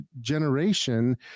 generation